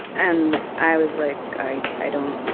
and i was like i i don't.